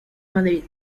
madrid